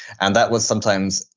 and that was sometimes,